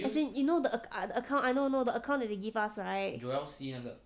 what thing you know the account the account I know know the account that they gave us right